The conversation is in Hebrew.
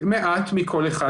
מעט מכל אחד,